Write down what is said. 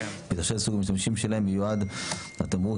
בהתחשב בסוג המשתמשים שלהם מיועד התמרוק,